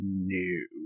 New